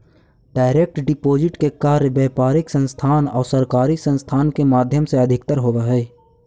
direct deposit के कार्य व्यापारिक संस्थान आउ सरकारी संस्थान के माध्यम से अधिकतर होवऽ हइ